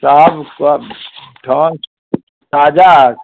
साहब सब थ ताजा है